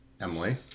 Emily